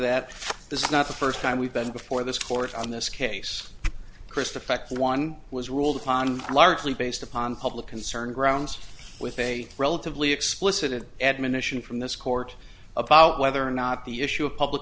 is not the first time we've been before this court on this case chris the fact one was ruled upon largely based upon public concern grounds with a relatively explicit an admonition from this court about whether or not the issue of public